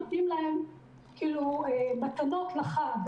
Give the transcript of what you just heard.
כאילו נותנים להם מתנות לחג.